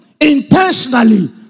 Intentionally